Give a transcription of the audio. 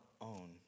own